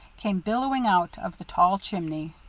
came billowing out of the tall chimney.